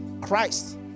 Christ